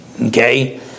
Okay